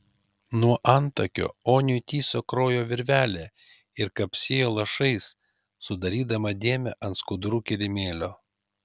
nuo antakio oniui tįso kraujo virvelė ir kapsėjo lašais sudarydama dėmę ant skudurų kilimėlio